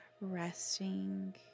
Resting